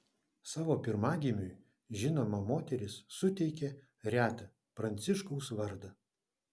savo pirmagimiui žinoma moteris suteikė retą pranciškaus vardą